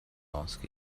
ask